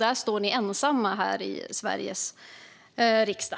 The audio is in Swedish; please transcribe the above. Där står ni ensamma här i Sveriges riksdag.